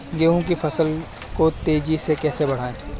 गेहूँ की फसल को तेजी से कैसे बढ़ाऊँ?